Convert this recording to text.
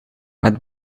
met